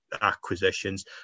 acquisitions